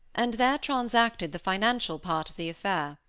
and there transacted the financial part of the affair.